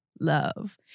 love